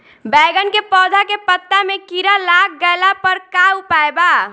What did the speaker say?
बैगन के पौधा के पत्ता मे कीड़ा लाग गैला पर का उपाय बा?